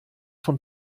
von